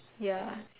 ya